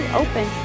open